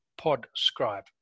PodScribe